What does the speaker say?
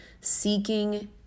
seeking